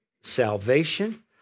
salvation